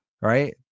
right